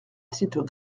titre